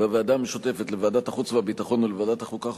בוועדה המשותפת לוועדת החוץ והביטחון ולוועדת החוקה,